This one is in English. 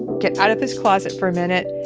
get out of this closet for a minute,